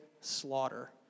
slaughter